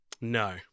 No